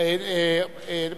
אדוני היושב-ראש, אין לי רמקול.